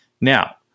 Now